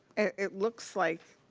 it looks like